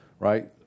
Right